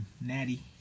Natty